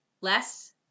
Less